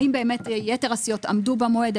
האם באמת יתר הסיעות עמדו במועד?